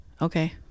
okay